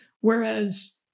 whereas